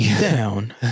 down